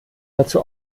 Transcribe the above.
dazu